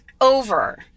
over